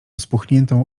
spuchniętą